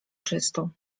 czystą